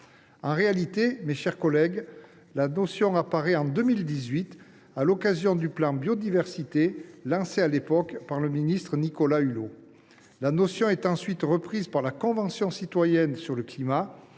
En réalité, mes chers collègues, la notion est apparue en 2018, à l’occasion du plan biodiversité lancé par le ministre Nicolas Hulot. La notion fut ensuite reprise par la Convention citoyenne sur le climat,